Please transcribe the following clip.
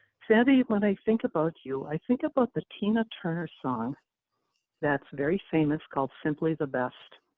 sandy, when i think about you, i think about the tina turner song that's very famous, called, simply the best.